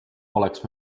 poleks